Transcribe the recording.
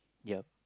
ya